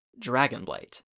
Dragonblight